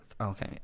Okay